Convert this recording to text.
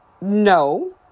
No